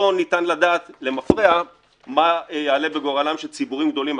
לא ניתן לדעת למפרע מה יעלה בגורלם של ציבורים גדולים,